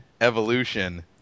Evolution